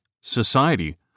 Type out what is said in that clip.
society